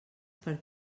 per